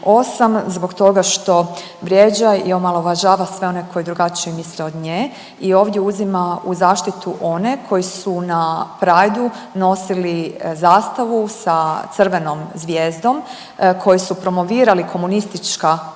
zbog toga što vrijeđa i omalovažava sve one koji drugačije misle od nje i ovdje uzima u zaštitu one koji su na prideu nosili zastavu sa crvenom zvijezdom, koji su promovirali komunistička